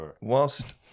whilst